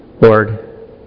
Lord